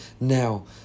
now